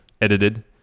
edited